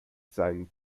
design